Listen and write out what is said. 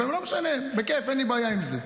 לא משנה, בכיף, אין לי בעיה עם זה.